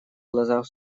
глазах